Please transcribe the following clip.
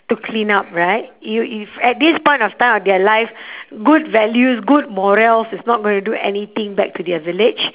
to clean up right you if at this point of time of their life good values good morals is not going to do anything back to their village